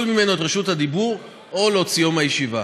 ממנו את רשות הדיבור או להוציאו מהישיבה,